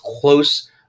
close